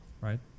right